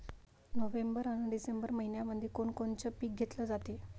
November अन December मइन्यामंधी कोण कोनचं पीक घेतलं जाते?